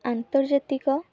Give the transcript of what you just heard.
ଆନ୍ତର୍ଜାତିକ